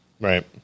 Right